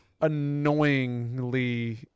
annoyingly